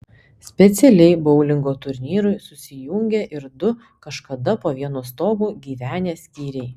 specialiai boulingo turnyrui susijungė ir du kažkada po vienu stogu gyvenę skyriai